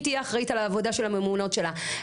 היא תהיה אחראית על העבודה של הממונות שלה.